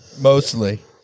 Mostly